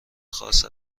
خاص